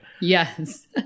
Yes